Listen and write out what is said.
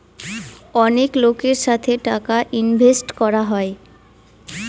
অনেক লোকের সাথে টাকা ইনভেস্ট করা হয়